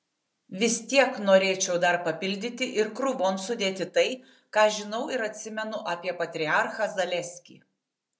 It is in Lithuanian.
vis tiek norėčiau dar papildyti ir krūvon sudėti tai ką žinau ir atsimenu apie patriarchą zaleskį